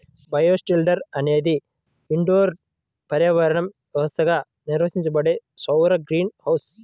bioshelter అనేది indoor పర్యావరణ వ్యవస్థగా నిర్వహించబడే సౌర గ్రీన్ హౌస్